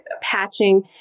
patching